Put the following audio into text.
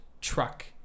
truck